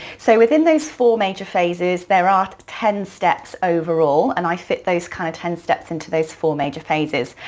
so within those four major phases, there are ten steps overall and i fit those kind of ten steps into those four major phases.